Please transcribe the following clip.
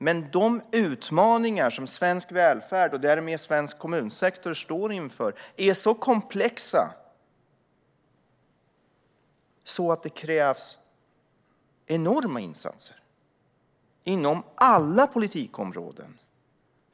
Men de utmaningar som svensk välfärd, och därmed svensk kommunsektor, står inför är så komplexa att det krävs enorma insatser inom alla politikområden.